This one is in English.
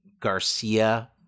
Garcia